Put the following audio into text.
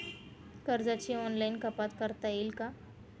कर्जाची ऑनलाईन कपात करता येईल का?